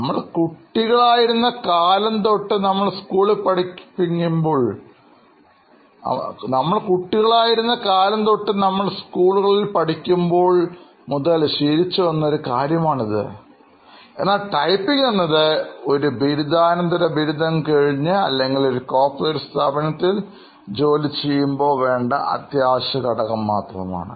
നമ്മൾ കുട്ടികളായി ഇരുന്ന കാലം തൊട്ട് നമ്മൾ സ്കൂളുകളിൽ പഠിക്കുമ്പോൾ ശീലിച്ചു വന്ന ഒരു കാര്യമാണിത് എന്നാൽ ടൈപ്പിംഗ് എന്നത് ഒരു ബിരുദാനന്തര ബിരുദം കഴിഞ്ഞാൽ അല്ലെങ്കിൽ ഒരു കോർപ്പറേറ്റ് സ്ഥാപനത്തിൽ ജോലി ചെയ്യുമ്പോഴോ അത്യാവശ്യ ഘടകമാണ്